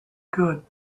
good